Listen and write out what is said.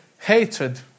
Hatred